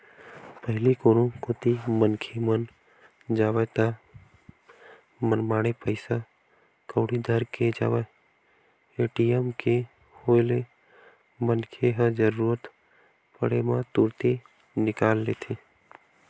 पहिली कोनो कोती मनखे मन जावय ता मनमाड़े पइसा कउड़ी धर के जावय ए.टी.एम के होय ले मनखे ह जरुरत पड़े म तुरते निकाल लेथे